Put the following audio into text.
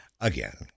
Again